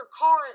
car